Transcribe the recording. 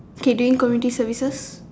K doing community services